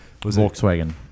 Volkswagen